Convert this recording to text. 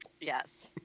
Yes